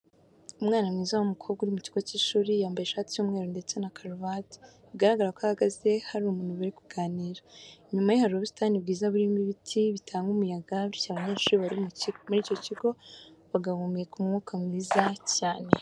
Umwana mwiza w'umukobwa uri mu kigo cy'ishuri yambaye ishati y'umweru ndetse na karuvati, biragaragara ko ahagaze hari umuntu bari kuganira. Inyuma ye hari ubusitani bwiza burimo ibiti bitanga umuyaga bityo abanyeshuri bari muri icyo kigo bagahumeka umwuka mwiza cyane.